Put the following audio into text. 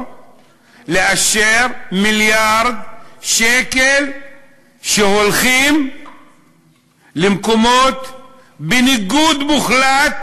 ולאשר מיליארד שקל שהולכים למקומות שעומדים בניגוד מוחלט